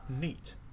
Neat